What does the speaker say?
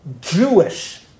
Jewish